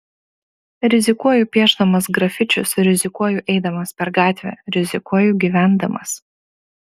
rizikuoju piešdamas grafičius rizikuoju eidamas per gatvę rizikuoju gyvendamas